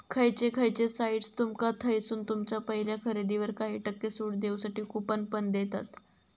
खयचे खयचे साइट्स तुमका थयसून तुमच्या पहिल्या खरेदीवर काही टक्के सूट देऊसाठी कूपन पण देतत